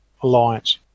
alliance